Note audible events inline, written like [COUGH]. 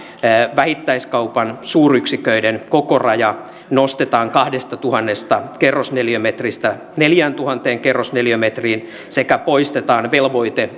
vähittäiskaupan suuryksiköiden kokoraja nostetaan kahdestatuhannesta kerrosneliömetristä neljääntuhanteen kerrosneliömetriin sekä poistetaan velvoite [UNINTELLIGIBLE]